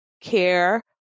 care